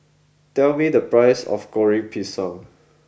tell me the price of Goreng Pisang